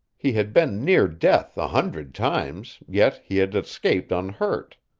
he had been near death a hundred times, yet he had escaped unhurt.